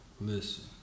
Listen